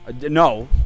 No